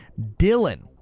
Dylan